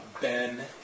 Ben